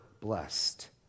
blessed